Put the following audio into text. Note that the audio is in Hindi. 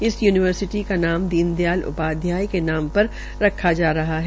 इस यूनिवर्सिटी का नाम दीन दयाल उपाध्याय के नाम पर रखा जा रहा है